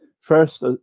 First